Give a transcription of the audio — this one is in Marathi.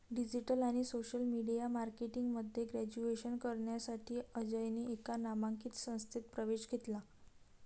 डिजिटल आणि सोशल मीडिया मार्केटिंग मध्ये ग्रॅज्युएशन करण्यासाठी अजयने एका नामांकित संस्थेत प्रवेश घेतला